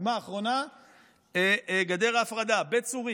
דוגמא אחרונה, גדר ההפרדה, בית סוריכ.